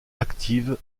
active